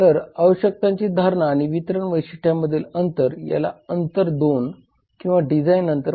तर आवश्यकतांची धारणा आणि वितरण वैशिष्ट्यांमधील अंतर याला अंतर 2 किंवा डिझाइन अंतर म्हणतात